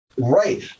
Right